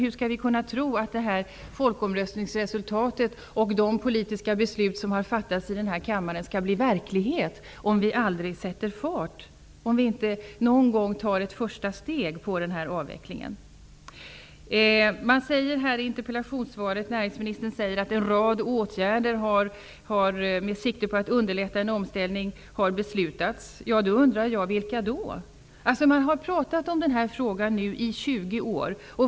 Hur skall vi kunna tro att det här folkomröstningsresultatet och de politiska beslut som har fattats i den här kammaren skall bli verklighet om vi aldrig sätter fart och inte tar ett första steg i den här avvecklingen? Näringsministern sade i sitt interpellationssvar att det har fattats beslut om en rad åtgärder med sikte på att underlätta en omställning. Jag undrar vilka åtgärder det är. Man har pratat om den här frågan i 20 år.